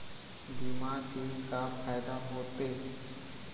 बीमा के का फायदा होते?